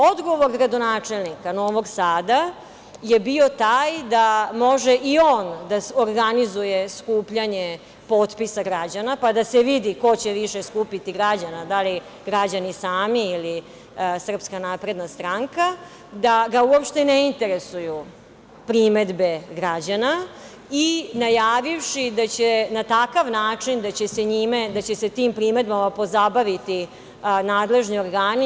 Odgovor gradonačelnika Novog Sada je bio taj da može i on da organizuje skupljanje potpisa građana, pa da se vidi ko će više skupiti građana, da li građani sami ili SNS, da ga uopšte ne interesuju primedbe građana, najavivši na takav način da će se tim primedbama pozabaviti nadležni organi.